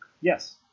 Yes